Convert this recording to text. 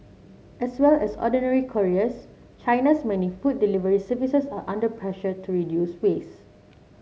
as well as ordinary couriers China's many food delivery services are under pressure to reduce waste